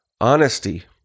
honesty